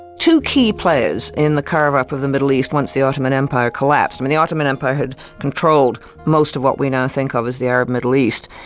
two key players in the carve up of the middle east, once the ottoman empire collapsed, the ottoman empire had controlled most of what we now think of as the arab middle east.